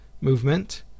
movement